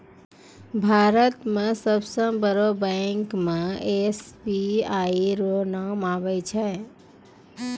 भारत मे सबसे बड़ो बैंक मे एस.बी.आई रो नाम आबै छै